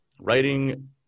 Writing